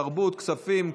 תרבות, כספים.